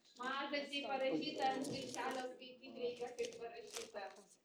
mažasiai parašyta ant viršelio skaityt reikia kaip parašyta